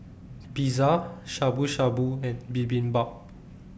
Pizza Shabu Shabu and Bibimbap